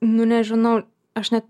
nu nežinau aš net